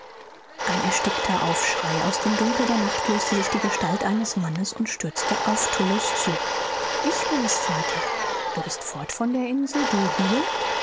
ein erstickter aufschrei aus dem dunkel der nacht löste sich die gestalt eines mannes und stürzte auf tullus zu ich bin es vater du fort von der insel du hier